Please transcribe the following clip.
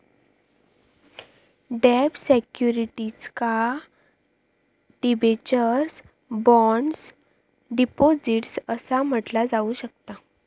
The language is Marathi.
डेब्ट सिक्युरिटीजका डिबेंचर्स, बॉण्ड्स, डिपॉझिट्स असा म्हटला जाऊ शकता